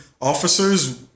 officers